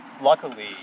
luckily